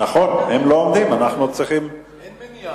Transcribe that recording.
זה נראה פשוט ביזיון הכנסת שהממשלה מרשה לעצמה לא לשלוח לכאן שר תורן,